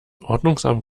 ordnungsamt